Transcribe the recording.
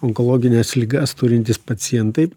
onkologines ligas turintys pacientai